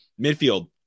midfield